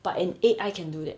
but an A_I can do that